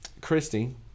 Christy